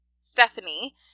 Stephanie